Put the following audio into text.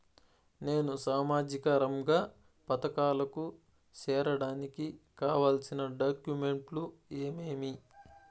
నేను సామాజిక రంగ పథకాలకు సేరడానికి కావాల్సిన డాక్యుమెంట్లు ఏమేమీ?